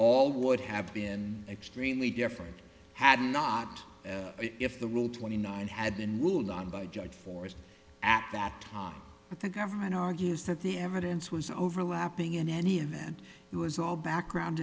all would have been extremely different had not if the rule twenty nine had been ruled on by judge forrest at that time but the government argues that the evidence was overlapping in any event it was all background